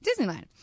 Disneyland